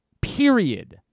Period